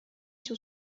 sur